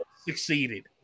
succeeded